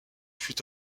fut